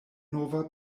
nova